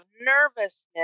nervousness